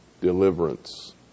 deliverance